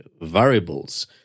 variables